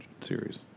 series